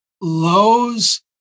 Lowe's